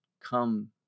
come